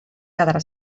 quedarà